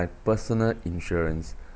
my personal insurance